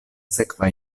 sekva